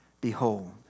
Behold